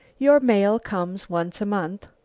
your mail comes once a month,